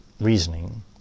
reasoning